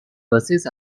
buses